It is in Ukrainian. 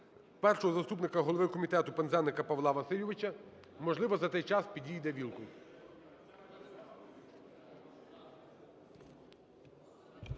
першого заступника голови комітету Пинзеника Павла Васильовича. Можливо, за цей час підійде Вілкул.